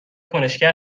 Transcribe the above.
کنشگر